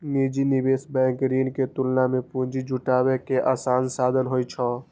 निजी निवेश बैंक ऋण के तुलना मे पूंजी जुटाबै के आसान साधन होइ छै